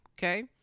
okay